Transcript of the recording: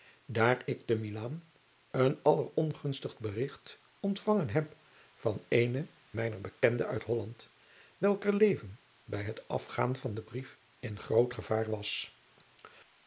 daar ik te milaan een allerongunstigst berigt ontvangen heb van eene mijner bekenden uit holland welker leven bij het afgaan van den brief in groot gevaar was